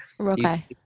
Okay